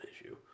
issue